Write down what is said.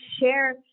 share